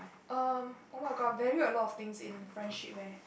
uh oh-my-god I value a lot of things in friendship eh